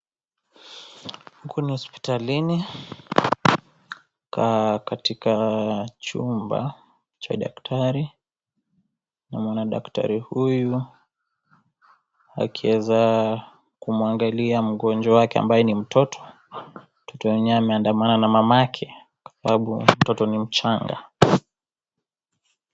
Huku ni hospitalini, katika chumba cha dakatari namuona daktari huyu, akieza kumwangalia mgonjwa wake ambaye ni mtoto. Mtoto mwenyewe ameandamana na mamake, kwa sababu mtoto ni mchanga.